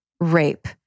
rape